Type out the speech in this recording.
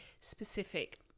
Specific